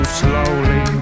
slowly